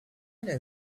know